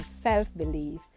self-belief